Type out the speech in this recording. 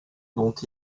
dont